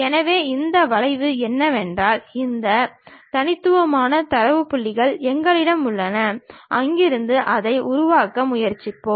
எனவே இந்த வளைவு என்னவென்றால் இந்த தனித்துவமான தரவு புள்ளிகள் எங்களிடம் உள்ளன அங்கிருந்து அதை உருவாக்க முயற்சிக்கிறோம்